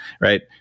Right